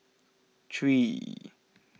three